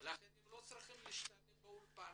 ולכן הם לא צריכים להשתלב באולפן,